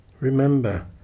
Remember